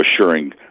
assuring